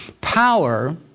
Power